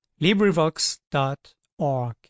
LibriVox.org